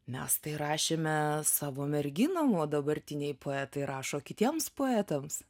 mes tai rašėme savo merginom nuo dabartiniai poetai rašo kitiems poetams